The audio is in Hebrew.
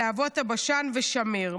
להבות הבשן ושמיר,